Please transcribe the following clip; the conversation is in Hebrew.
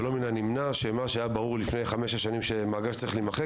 ולא מן הנמנע שמה שהיה ברור לפני חמש-שש שנים שמאגר צריך להימחק,